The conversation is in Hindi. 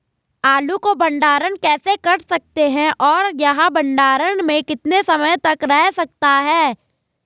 आलू को भंडारण कैसे कर सकते हैं और यह भंडारण में कितने समय तक रह सकता है?